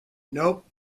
nope